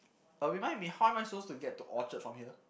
uh remind me how am I suppose to get to Orchard from here